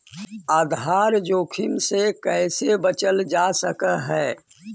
आधार जोखिम से कइसे बचल जा सकऽ हइ?